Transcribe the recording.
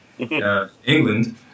England